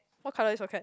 what colour is your cat